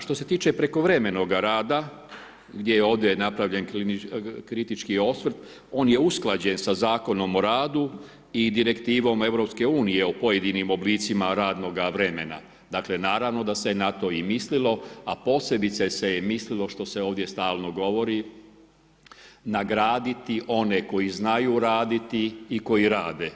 Što se tiče prekovremenoga rada gdje je ovdje napravljen kritički osvrt on je usklađen sa Zakon o radu i Direktivom Europske unije o pojedinim oblicima radnoga vremena, dakle naravno da se na to i mislilo a posebice se je mislilo što se ovdje stalno govori, nagraditi one koji znaju radi i koji rade.